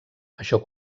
això